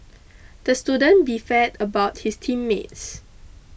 the student beefed about his team meets